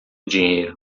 dinheiro